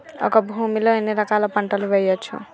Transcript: ఒక భూమి లో ఎన్ని రకాల పంటలు వేయచ్చు?